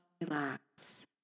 relax